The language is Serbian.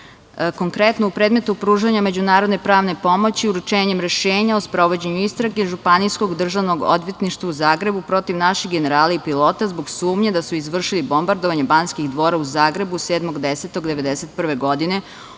Konkretno, u predmetu pružanja međunarodne pravne pomoći uručenjem rešenja o sprovođenju istrage Županijskog državnog odvetništva u Zagrebu protiv naših generala i pilota zbog sumnje da su izvršili bombardovanje Banskog dvora u Zagrebu 7.10.1991. godine,